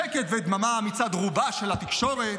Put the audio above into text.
שקט ודממה מצד רובה של התקשורת,